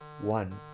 one